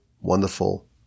wonderful